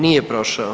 Nije prošao.